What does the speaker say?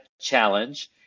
challenge